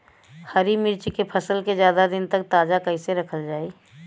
हरि मिर्च के फसल के ज्यादा दिन तक ताजा कइसे रखल जाई?